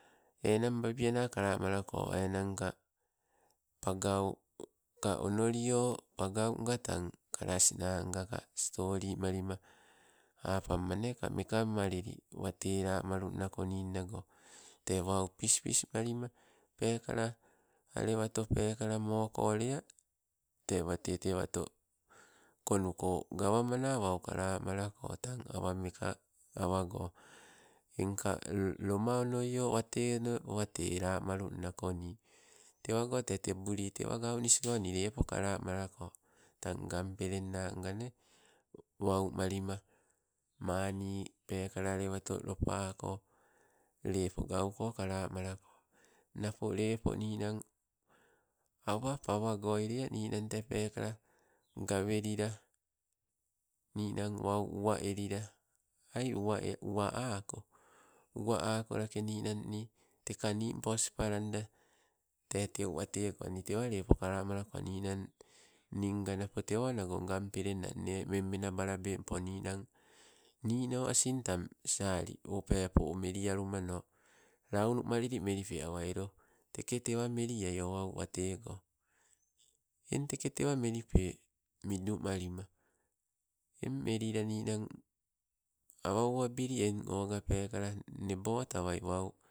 Enang babiana kalamalako enanka pahau ka onolio, pagau nga tang kalas na nga stoli malima, apammaneka mekamalili wate lamalunna koni nnago te wau pispis malima, pekala alewa to pekala moko lea, te wete tewako konnuko gawa mmana kalamalako tang awa meka, awago engka loma onoio wate onoi, wate lamalunna koni. Tewago te tebuli tewa gaunisigo ni lepo kalamalako tang ngan pelen na nga nee, waumalima, mani pekala alewato lapako. Lepo gauko kalamalako, napo lepo ninang awa pawagoi lea ninang tee peekala gawelila, ninang wau uwa elila ai uwae uwa ako, uwa ako lake ninan ni teka nimpo sipalanda tee teu wate go nii tewa lepo kalamalako ninang ninnga tewo ngan pelen na nne memmena balabempo ninang. Nino asing tang sali oh pepo meli alumano, launu malili melipe awa elo teketewa malioi oh au watego. Eng teketewa melipe midumalima em oga pekala nebotawai wau.